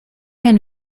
ein